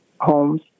homes